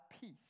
peace